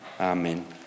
Amen